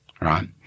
right